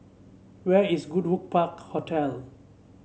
where is Goodwood Park Hotel